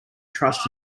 trust